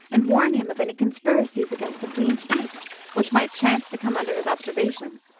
and warn him of any conspiracies against the queen's peace which might chance to come under his observation